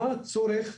מה הצורך,